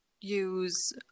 use